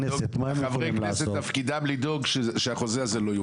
חברי הכנסת, תפקידם לדאוג שהחוזה הזה לא יופר.